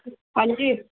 ਹਾਂਜੀ